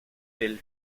del